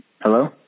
Hello